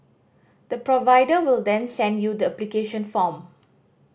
the provider will then send you the application form